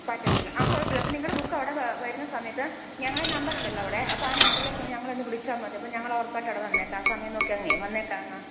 പറ്റത്തില്ല ആ കുഴപ്പമില്ല അപ്പം നിങ്ങളുടെ ബുക്കവിടെ വ വരുന്ന സമയത്ത് ഞങ്ങളുടെ നമ്പറുണ്ടല്ലോ അവിടെ അപ്പോൾ ആ നമ്പറിലേക്കൊന്ന് ഞങ്ങളെയൊന്ന് വിളിച്ചാൽ മതി അപ്പം ഞങ്ങളൊറപ്പായിട്ടും അവിടെ വന്നേക്കാം ആ സമയം നോക്കിയങ്ങ് വന്നേക്കാം അങ്ങ്